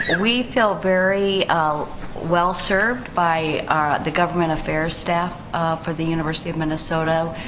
and we feel very well served by the government affairs staff for the university of minnesota.